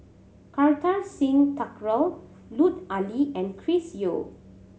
Kartar Singh Thakral Lut Ali and Chris Yeo